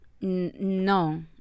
No